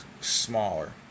smaller